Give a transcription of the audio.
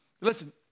Listen